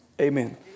Amen